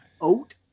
Oat